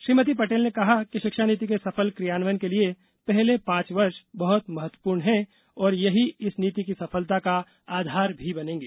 श्रीमती पटेल ने कहा कि शिक्षानीति के सफल कियान्वयन के लिये पहले पांच वर्ष बहुत महत्वपूर्ण हैं और यही इस नीति की सफलता का आधार भी बनेंगे